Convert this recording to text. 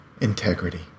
integrity